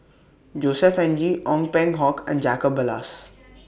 Josef Ng Ong Peng Hock and Jacob Ballas